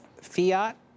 fiat